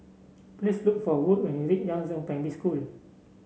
please look for Wood when you reach Yangzheng Primary School